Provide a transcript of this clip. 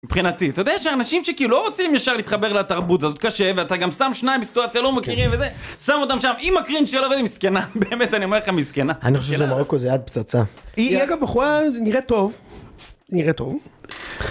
מבחינתי אתה יודע שיש אנשים שכאילו לא רוצים ישר להתחבר לתרבות הזאת, קשה ואתה גם שם שניים בסיטואציה לא מכירים וזה שם אותם שם עם הקרינג' שלה ומסכנה באמת אני אומר לך מסכנה אני חושב שזה מרוקו זה יעד פצצה. היא אגב בחורה נראית טוב. נראית טוב.